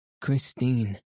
Christine